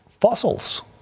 fossils